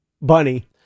bunny